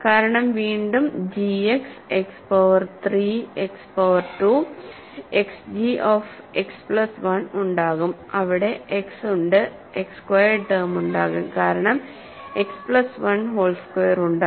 കാരണം വീണ്ടും g X X power 3 X power 2 Xg of Xപ്ലസ് 1 ഉണ്ടാകും അവിടെ എക്സ് ഉണ്ട് എക്സ് സ്ക്വയേർഡ് ടേം ഉണ്ടാകും കാരണം എക്സ് പ്ലസ് 1 ഹോൾ സ്ക്വയർ ഉണ്ടാകും